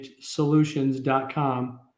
solutions.com